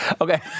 Okay